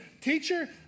Teacher